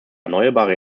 erneuerbare